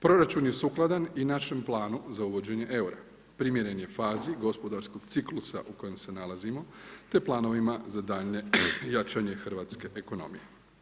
Proračun je sukladan i našem planu za uvođenje eura, primjeren je fazi gospodarskog ciklusa u kojem se nalazimo, te planovima za daljnje jačanje hrvatske ekonomije.